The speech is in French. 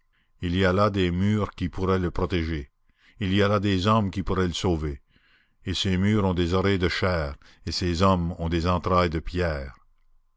il y a là des murs qui pourraient le protéger il y a là des hommes qui pourraient le sauver et ces murs ont des oreilles de chair et ces hommes ont des entrailles de pierre